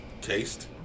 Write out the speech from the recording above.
taste